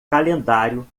calendário